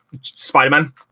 spider-man